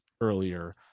earlier